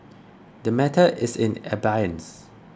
the matter is in abeyance